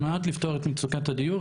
על מנת לפתור את מצוקת הדיור,